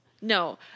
no